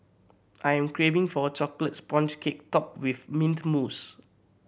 I am craving for a chocolate sponge cake topped with mint mousse